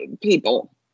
people